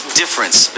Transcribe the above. difference